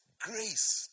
grace